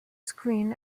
screen